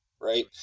right